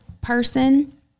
person